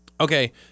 Okay